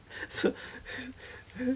so